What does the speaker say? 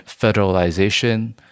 federalization